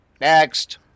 next